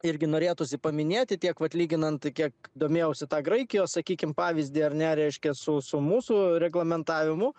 irgi norėtųsi paminėti tiek vat lyginant kiek domėjausi tą graikijos sakykim pavyzdį ar ne reiškia su su mūsų reglamentavimu